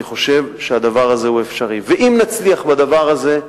אני חושב שהדבר הזה אפשרי, ואם נצליח בדבר הזה,